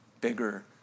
bigger